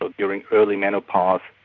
but during early menopause,